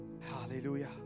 Hallelujah